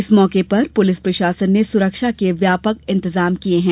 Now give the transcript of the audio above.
इस मौके पर पुलिस प्रशासन ने सुरक्षा के व्यापक इंतजाम किये है